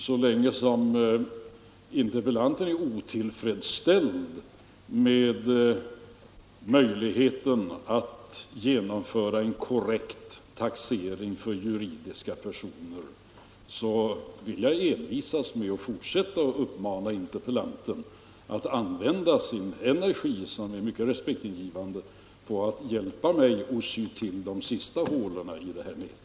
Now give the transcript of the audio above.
Så länge som interpellanten är otillfredsställd med möjligheten att genomföra en korrekt taxering för juridiska personer vill jag envist fortsätta med att uppmana interpellanten att använda sin energi — som är mycket respektingivande — på att hjälpa mig att sy till de sista hålen i det här nätet.